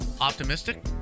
optimistic